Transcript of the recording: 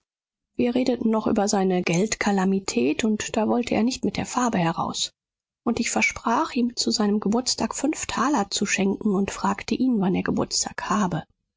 wir redeten noch über seine geldkalamität und da wollte er nicht mit der farbe heraus ich versprach ihm zu seinem geburtstag fünf taler zu schenken und fragte ihn wann er geburtstag habe